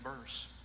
verse